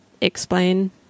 explain